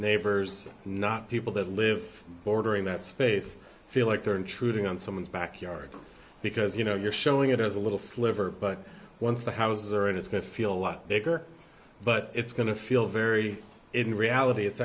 neighbors not people that live bordering that space feel like they're intruding on someone's backyard because you know you're showing it as a little sliver but once the houses are and it's going to feel what bigger but it's going to feel very in reality it's